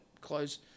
Close